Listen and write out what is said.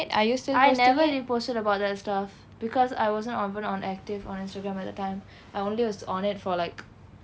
I never reposted about that stuff because I wasn't open or active on instagram at the time I only was on it for like